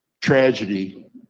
tragedy